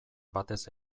batez